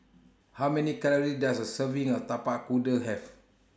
How Many Calories Does A Serving of Tapak Kuda Have